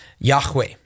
Yahweh